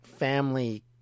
family